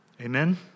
Amen